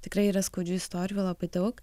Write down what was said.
tikrai yra skaudžių istorijų labai daug